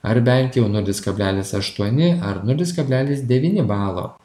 ar bent jau nulis kablelis aštuoni ar nulis kablelis devyni balo